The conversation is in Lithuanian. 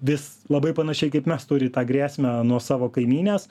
vis labai panašiai kaip mes turi tą grėsmę nuo savo kaimynės